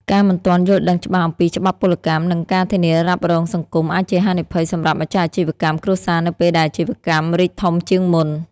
ការមិនទាន់យល់ដឹងច្បាស់អំពីច្បាប់ពលកម្ម និងការធានារ៉ាប់រងសង្គម អាចជាហានិភ័យសម្រាប់ម្ចាស់អាជីវកម្មគ្រួសារនៅពេលដែលអាជីវកម្មរីកធំជាងមុន។